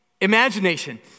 Imagination